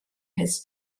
his